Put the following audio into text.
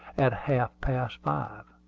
at half past five.